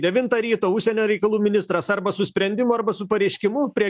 devintą ryto užsienio reikalų ministras arba su sprendimu arba su pareiškimu prie